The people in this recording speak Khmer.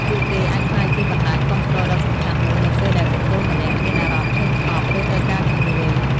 ពួកគេអាចក្លាយជាបណ្តាញគាំទ្រដ៏សំខាន់មួយនៅពេលដែលបុគ្គលម្នាក់មានអារម្មណ៍ធុញថប់ ឬត្រូវការជំនួយ។